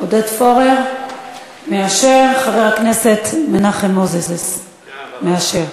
עודד פורר מאשר, חבר הכנסת מנחם מוזס מאשר.